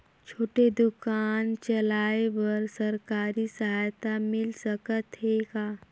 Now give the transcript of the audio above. छोटे दुकान चलाय बर सरकारी सहायता मिल सकत हे का?